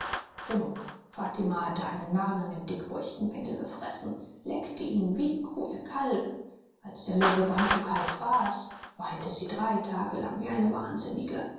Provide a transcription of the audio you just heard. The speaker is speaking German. genug fatima hatte einen narren an dem dickbäuchigen bengel gefressen leckte ihn wie die kuh ihr kalb als der löwe bantukai fraß weinte sie drei tage lang wie eine wahnsinnige